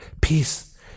peace